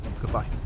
Goodbye